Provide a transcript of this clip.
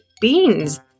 beans